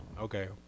Okay